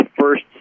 first